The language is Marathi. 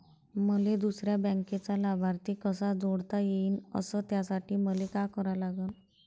मले दुसऱ्या बँकेचा लाभार्थी कसा जोडता येईन, अस त्यासाठी मले का करा लागन?